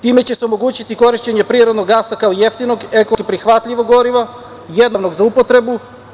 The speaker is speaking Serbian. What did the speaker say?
Time će se omogućiti korišćenje prirodnog gasa kao jeftinog, ekološki prihvatljivo gorivo, jednostavnog za upotrebu.